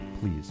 please